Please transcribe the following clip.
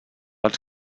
els